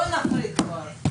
בואו נפריד כבר,